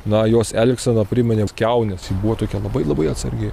na jos elgsena priminė kiaunės ji buvo tokia labai labai atsargi